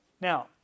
Now